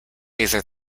either